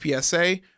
PSA